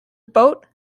boat